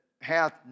hath